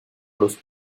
los